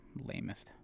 lamest